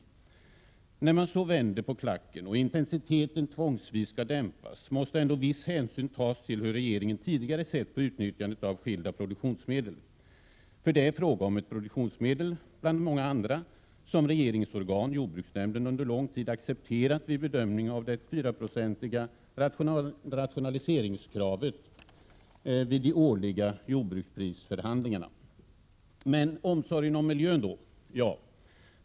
Förbudet mot stråför När man så vänder på klacken och intensiteten tvångsvis skall dämpas, kortning måste ändå viss hänsyn tas till hur regeringen tidigare sett på utnyttjandet av skilda produktionsmedel. För det är fråga om ett produktionsmedel bland många andra som regeringens organ, jordbruksnämnden, under lång tid accepterat vid bedömning av det 4-procentiga rationaliseringskravet vid de årliga jordbruksprisförhandlingarna. Omsorg om miljön då?